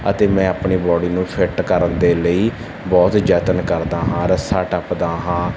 ਅਤੇ ਮੈਂ ਆਪਣੀ ਬਾਡੀ ਨੂੰ ਫਿੱਟ ਕਰਨ ਦੇ ਲਈ ਬਹੁਤ ਯਤਨ ਕਰਦਾ ਹਾਂ ਰੱਸਾ ਟੱਪਦਾ ਹਾਂ